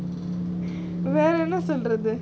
வேறஎன்னசொல்லறது: veera enna solluradhu